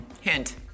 Hint